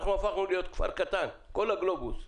אנחנו הפכנו להיות כפר קטן, כל הגלובוס,